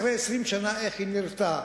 אחרי 20 שנה, איך היא נראתה?